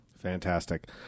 Fantastic